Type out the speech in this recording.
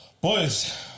Boys